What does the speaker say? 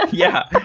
ah yeah.